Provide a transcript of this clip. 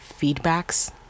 feedbacks